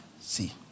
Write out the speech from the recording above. See